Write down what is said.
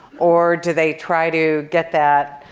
or do they try to get that,